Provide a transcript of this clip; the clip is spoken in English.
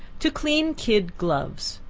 to clean kid gloves.